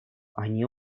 они